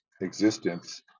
existence